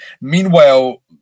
Meanwhile